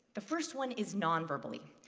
the first one is non-verbally.